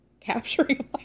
capturing